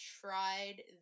tried